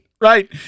right